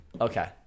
Okay